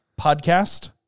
Podcast